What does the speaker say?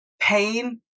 pain